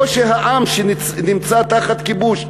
או שהעם שנמצא תחת כיבוש,